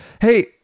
Hey